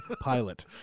Pilot